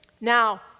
Now